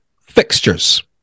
fixtures